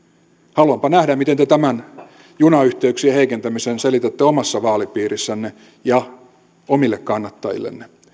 haluanpa nähdä miten te tämän junayhteyksien heikentämisen selitätte omassa vaalipiirissänne ja omille kannattajillenne